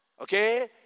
Okay